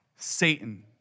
Satan